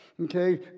Okay